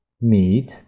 meat